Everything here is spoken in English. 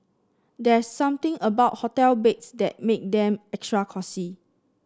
there's something about hotel beds that makes them extra cosy